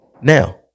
Now